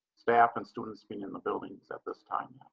staff and students being in the buildings at this time.